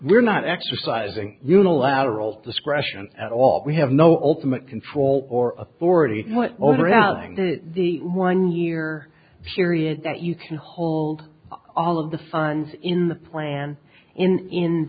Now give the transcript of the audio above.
we're not exercising unilateral discretion at all we have no ultimate control or authority over out the one year period that you can hold all of the funds in the plan in